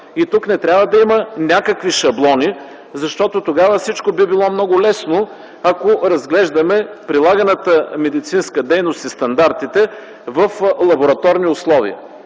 Тук не трябва да има някакви шаблони, защото тогава всичко би било много лесно, ако разгледаме прилаганата медицинска дейност и стандартите в лабораторни условия.